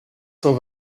cent